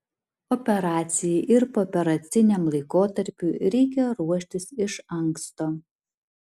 operacijai ir pooperaciniam laikotarpiui reikia ruoštis iš anksto